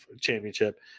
Championship